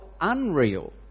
unreal